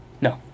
No